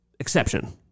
exception